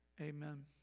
amen